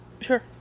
Sure